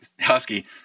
husky